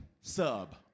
Sub